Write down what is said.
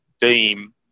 deem